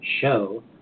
show